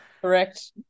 Correct